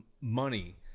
money